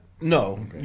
No